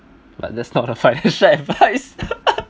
but that's not a financial advice